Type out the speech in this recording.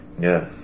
Yes